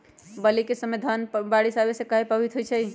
बली क समय धन बारिस आने से कहे पभवित होई छई?